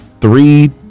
three